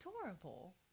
adorable